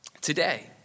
today